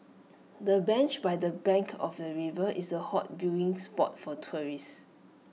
the bench by the bank of the river is A hot viewing spot for tourist